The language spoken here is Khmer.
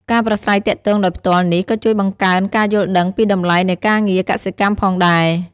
ការប្រាស្រ័យទាក់ទងដោយផ្ទាល់នេះក៏ជួយបង្កើនការយល់ដឹងពីតម្លៃនៃការងារកសិកម្មផងដែរ។